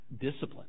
discipline